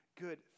good